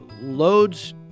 loads